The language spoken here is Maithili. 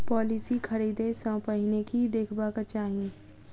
पॉलिसी खरीदै सँ पहिने की देखबाक चाहि?